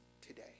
today